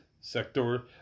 sector